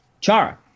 Chara